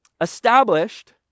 established